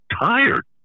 tired